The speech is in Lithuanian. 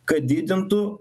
kad didintų